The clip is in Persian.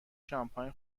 شانپاین